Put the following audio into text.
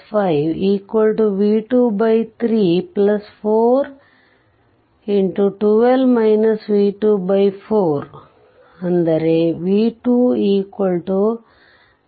4 5V2 344 V29